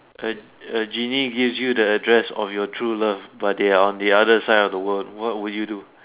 a a genie gives you the address of your true love but they are on the other side of the world what will you do